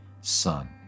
Son